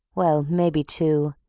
well, maybe two,